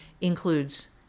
includes